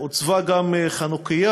הוצבה גם חנוכייה.